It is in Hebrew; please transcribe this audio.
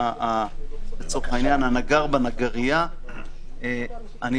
כמו הוראות ה"תו